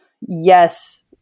yes